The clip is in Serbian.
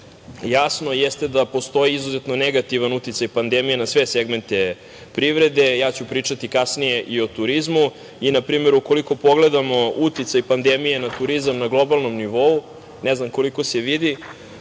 jasno jeste da postoji izuzetno negativan uticaj pandemije na sve segmente privrede. Ja ću pričati kasnije i o turizmu i na primeru, ukoliko pogledamo uticaj pandemije na turizam na globalnom nivou, ne znam koliko se vidi,